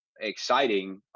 exciting